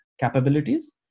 capabilities